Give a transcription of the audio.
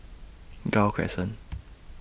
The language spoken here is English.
Gul Crescent